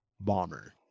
bomber